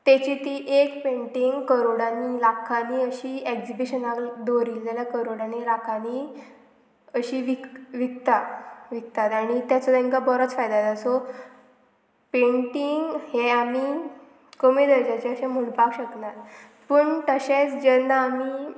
ताची ती एक पेंटींग करोडांनी लाखांनी अशी एग्जिबिशनाक दवरिल्ली जाल्यार करोडांनी लाखांनी अशी विक विकता विकतात आनी ताचो तांकां बरोच फायदो जाता सो पेंटींग हे आमी कमी दर्जाचे अशें म्हणपाक शकनात पूण तशेंच जेन्ना आमी